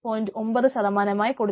9 ആയി കൊടുക്കുന്നു